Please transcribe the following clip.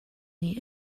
need